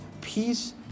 peace